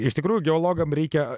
iš tikrųjų geologam reikia